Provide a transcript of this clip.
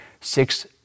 six